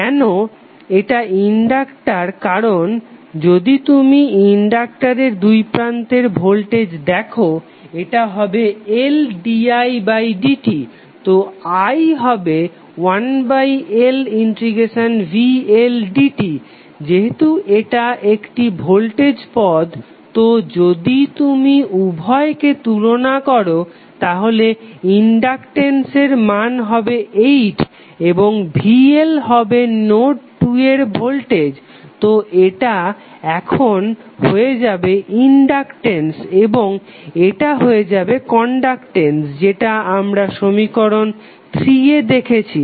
কেন এটা ইনডাক্টার কারণ যদি তুমি ইনডাক্টারের দুই প্রান্তে ভোল্টেজ দেখো এটা হবে L di dt তো i হবে 1LvL dt যেহেতু এটা একটি ভোল্টেজ পদ তো যদি তুমি উভয়কে তুলনা করো তাহলে ইনডাকটেন্সের মান হবে 8 এবং vL হবে নোড 2 এর ভোল্টেজ তো এটা এখন হয়ে যাবে ইনডাকটেন্স এবং এটা হয়ে যাবে কনডাকটেন্স যেটা আমরা সমীকরণ 3 এ দেখেছি